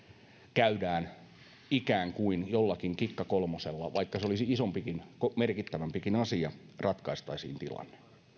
käydään ikään kuin jollakin kikka kolmosella vaikka se olisi isompikin merkittävämpikin asia että ratkaistaisiin tilanne